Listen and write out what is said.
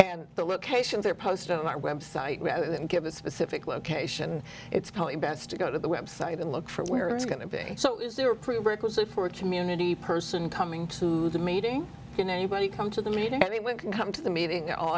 and the locations are posted on our website rather than give a specific location it's probably best to go to the web site and look for where it's going to be so is there a prerequisite for a community person coming to the meeting can anybody come to the meeting anyone can come to the meeting a